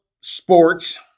sports